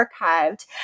archived